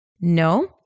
No